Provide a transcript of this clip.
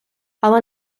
але